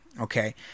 Okay